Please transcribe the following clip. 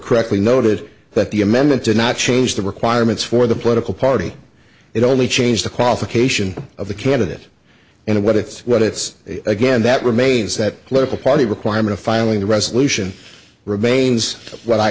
correctly noted that the amendment did not change the requirements for the political party it only changed the qualification of the candidate in a what it's what it's again that remains that political party requirement filing the resolution remains what i